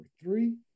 three